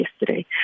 yesterday